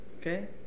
Okay